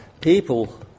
People